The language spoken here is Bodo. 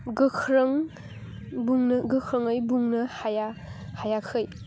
गोख्रोङै बुंनो हायाखै